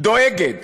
דואגת